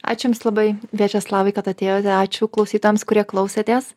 ačiū jums labai viačeslavai kad atėjot ačiū klausytojams kurie klausėtės